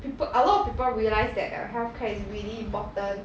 people a lot of people realised that err healthcare is really important